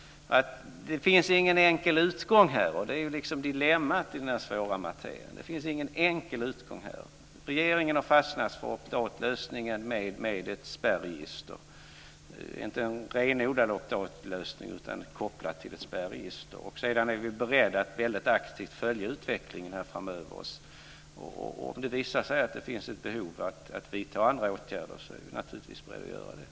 Det finns ingen enkel utgång här. Det är dilemmat i det här svåra materialet. Det finns ingen enkel utgång. Regeringen har fastnat för opt-out-lösningen med ett spärregister, inte en renodlad opt-out-lösning utan kopplad till ett spärregister. Sedan är vi beredda att väldigt aktiv följa utvecklingen framöver. Om det visar sig att det finns ett behov att vidta andra åtgärder är vi naturligtvis beredda att göra det.